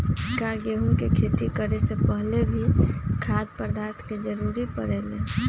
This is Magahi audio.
का गेहूं के खेती करे से पहले भी खाद्य पदार्थ के जरूरी परे ले?